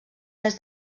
est